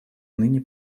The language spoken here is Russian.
ныне